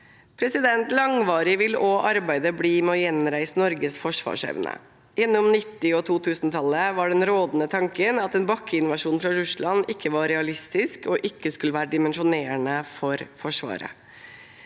nyttår. Langvarig vil også arbeidet bli med å gjenreise Norges forsvarsevne. Gjennom 1990-tallet og 2000-tallet var den rådende tanken at en bakkeinvasjon fra Russland ikke var realistisk og ikke skulle være dimensjonerende for Forsvaret.